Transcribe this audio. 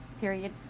period